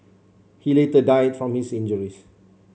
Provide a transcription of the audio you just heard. he later died from his injuries